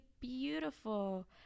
beautiful